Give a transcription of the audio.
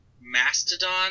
mastodon